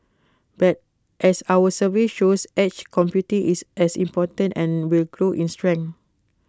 but as our survey shows edge computing is as important and will grow in strength